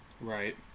Right